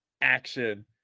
action